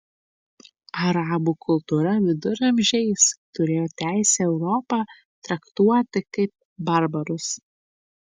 arabų kultūra viduramžiais turėjo teisę europą traktuoti kaip barbarus